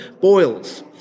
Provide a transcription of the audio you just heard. boils